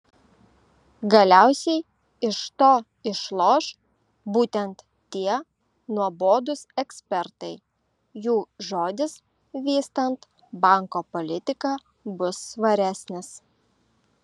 galiausiai iš to išloš būtent tie nuobodūs ekspertai jų žodis vystant banko politiką bus svaresnis